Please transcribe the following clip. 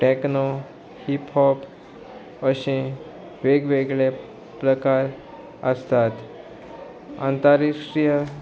techno hip hop अशें वेगवेगळे प्रकार आसतात आंतरराष्ट्रीय